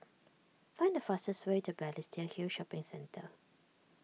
find the fastest way to Balestier Hill Shopping Centre